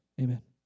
Amen